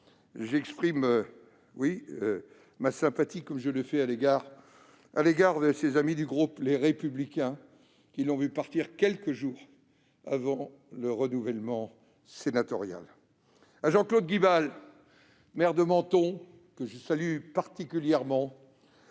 j'exprime ma sympathie, comme je le fais à l'égard de ses amis du groupe Les Républicains, qui l'ont vue partir quelques jours avant le renouvellement sénatorial. À Jean-Claude Guibal, maire de Menton, que je salue tout particulièrement,